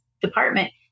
department